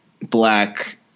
black